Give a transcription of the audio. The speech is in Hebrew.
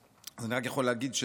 אז אני רק יכול להגיד,